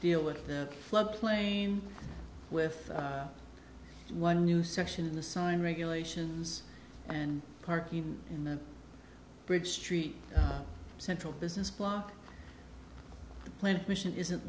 deal with the flood plain with one new section in the sign regulations and parking in the bridge street central business block plant mission isn't